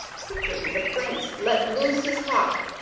quickly the prince let loose his hawk,